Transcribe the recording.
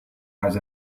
has